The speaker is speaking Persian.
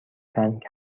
تنگ